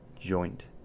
joint